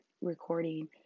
recording